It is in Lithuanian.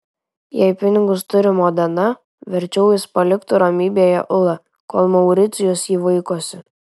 jei pinigus turi modena verčiau jis paliktų ramybėje ulą kol mauricijus jį vaikosi